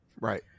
Right